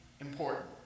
important